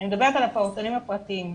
אני מדברת על הפעוטונים הפרטיים.